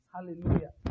Hallelujah